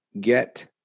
get